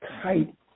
tight